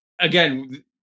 Again